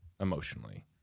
emotionally